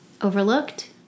overlooked